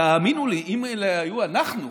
תאמינו לי, אם אלה היו אנחנו,